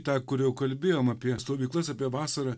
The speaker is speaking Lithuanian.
tą kur jau kalbėjom apie stovyklas apie vasarą